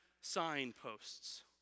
signposts